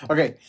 Okay